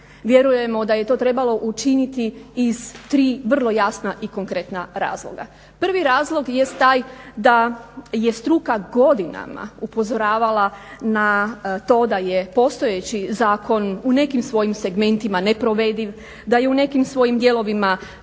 Vjerujemo da je to trebalo učiniti iz tri vrlo jasna i konkretna razloga. Prvi razlog jest taj da je struka godinama upozoravala na to da je postojeći zakon u nekim svojim segmentima neprovediv, da je u nekim svojim dijelovima